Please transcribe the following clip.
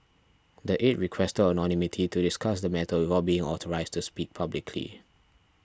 the aide requested anonymity to discuss the matter without being authorised to speak publicly